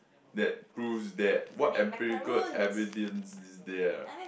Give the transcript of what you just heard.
that proves that what empirical evidence is there